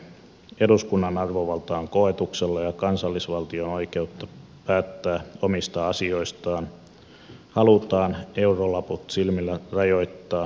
eduskunnan arvovalta on koetuksella ja kansallisvaltion oikeutta päättää omista asioistaan halutaan eurolaput silmillä rajoittaa ja siirtää brysseliin